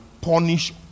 punish